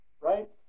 Right